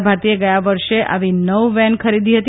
પ્રસારભારતીએ ગયા વર્ષે આવી નવ વેન ખરીદી હતી